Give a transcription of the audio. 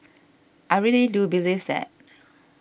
I really do believe that